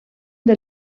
del